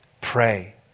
Pray